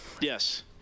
Yes